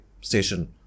Station